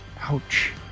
ouch